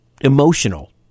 emotional